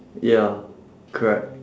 ya correct